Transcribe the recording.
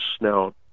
now